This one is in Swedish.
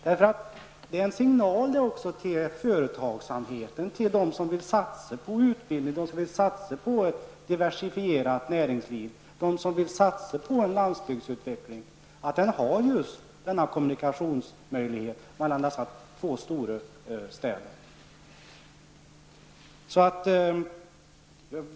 Det blir nämligen också en signal till företagsamheten och de som vill satsa på utbildning, ett diversifierat näringsliv och en landsbygdsutveckling. För allt detta behövs en kommunikationsmöjlighet mellan dessa stora städer.